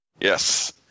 Yes